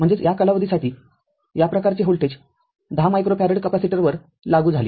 म्हणजे या कालावधीसाठी या प्रकारचे व्होल्टेज १० मायक्रोफॅरड कॅपेसिटरवर लागू झाले